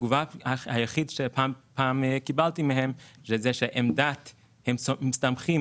התגובה היחידה שקיבלתי מהם זה שהם מסתמכים